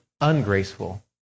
ungraceful